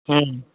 হুম